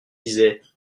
disait